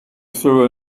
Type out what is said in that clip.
through